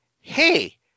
hey